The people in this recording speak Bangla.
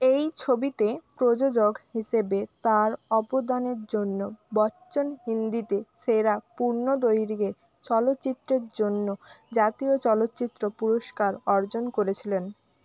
এই ছবিতে প্রযোজক হিসেবে তাঁর অবদানের জন্য বচ্চন হিন্দিতে সেরা পূর্ণ দৈর্ঘ্যের চলচ্চিত্রের জন্য জাতীয় চলচ্চিত্র পুরস্কার অর্জন করেছিলেন